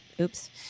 Oops